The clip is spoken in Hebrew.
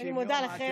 אני מודה לכם.